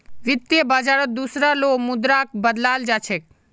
वित्त बाजारत दुसरा लो मुद्राक बदलाल जा छेक